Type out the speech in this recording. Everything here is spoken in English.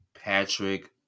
Patrick